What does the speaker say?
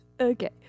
Okay